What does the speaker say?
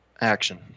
action